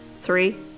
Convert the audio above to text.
Three